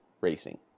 racing